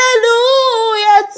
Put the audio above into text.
hallelujah